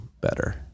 better